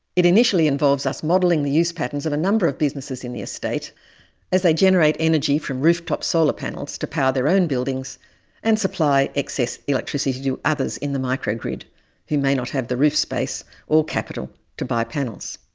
it initially involves us modelling the use patterns of a number of businesses in the estate as they generate energy from rooftop solar panels to power their own buildings and supply excess electricity to do others in the microgrid who may not have the roof space or capital to buy panels.